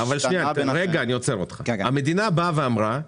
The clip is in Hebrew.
המדינה אמרה: